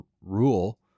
rule